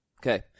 Okay